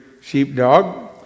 sheepdog